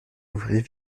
ouvrez